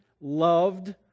loved